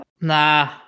Nah